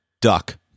duck